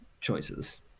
choices